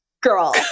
Girl